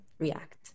react